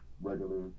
regular